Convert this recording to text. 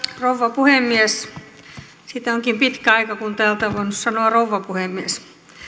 rouva puhemies siitä onkin pitkä aika kun täältä on voinut sanoa rouva puhemies